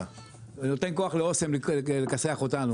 נותן כוח לאסם לכסח אותנו.